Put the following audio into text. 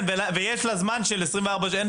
ויש לה זמן של 24 שעות.